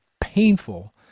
painful